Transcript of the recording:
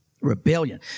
Rebellion